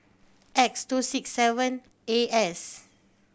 X two six seven A S